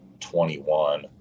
21